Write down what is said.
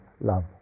Love